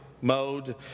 mode